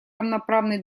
равноправный